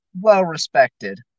well-respected